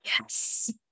yes